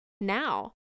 now